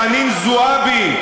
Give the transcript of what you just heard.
מחנין זועבי,